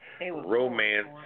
romance